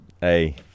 hey